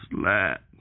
slap